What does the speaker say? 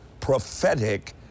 prophetic